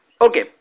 okay